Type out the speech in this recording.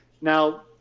Now